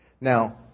Now